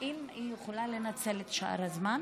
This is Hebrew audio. היא יכולה לנצל את שאר הזמן,